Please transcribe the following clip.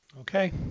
okay